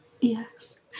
Yes